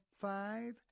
five